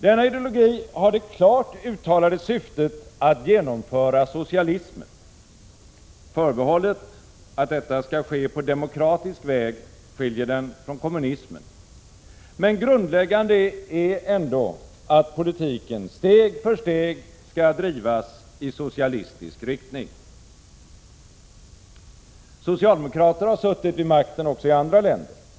Denna ideologi har det klart uttalade syftet att genomföra socialismen. Förbehållet att detta skall ske på demokratisk väg skiljer den från kommunismen. Men grundläggande är ändå att politiken steg för steg skall drivas i socialistisk riktning. Socialdemokrater har suttit vid makten också i andra länder.